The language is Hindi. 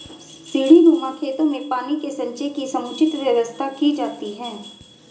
सीढ़ीनुमा खेतों में पानी के संचय की समुचित व्यवस्था की जाती है